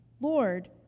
Lord